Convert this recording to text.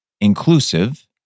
inclusive